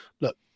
look